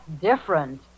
different